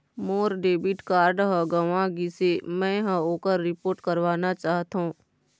मोर debit card ह गंवा गिसे, मै ह ओकर रिपोर्ट करवाना चाहथों